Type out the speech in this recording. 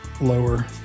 lower